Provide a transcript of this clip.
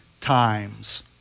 times